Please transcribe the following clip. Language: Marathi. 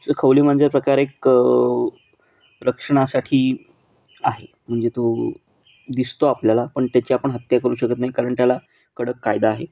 सो खवले मांजर प्रकारे एक रक्षणासाठी आहे म्हणजे तो दिसतो आपल्याला पण त्याची आपण हत्या करू शकत नाही कारण त्याला कडक कायदा आहे